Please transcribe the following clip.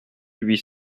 huit